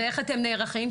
ואיך אתם נערכים?